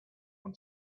when